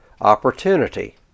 opportunity